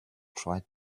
tried